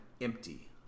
empty